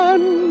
One